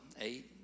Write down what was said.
eight